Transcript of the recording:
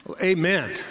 Amen